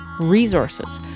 resources